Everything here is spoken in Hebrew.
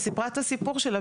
היא סיפרה את הסיפור שלה,